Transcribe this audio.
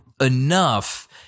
enough